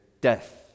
death